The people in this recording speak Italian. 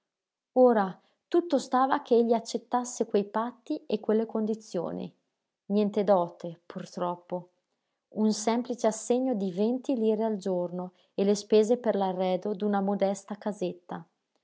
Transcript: ora tutto stava che egli accettasse quei patti e quelle condizioni niente dote pur troppo un semplice assegno di venti lire al giorno e le spese per l'arredo d'una modesta casetta